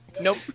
Nope